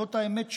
זו האמת שלנו.